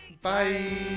Bye